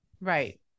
right